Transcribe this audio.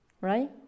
right